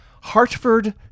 Hartford